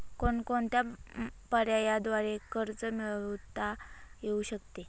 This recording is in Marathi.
कोणकोणत्या पर्यायांद्वारे कर्ज मिळविता येऊ शकते?